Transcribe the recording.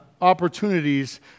opportunities